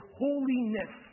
holiness